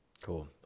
Cool